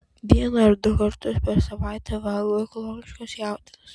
vieną ar du kartus per savaitę valgau ekologiškos jautienos